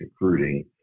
recruiting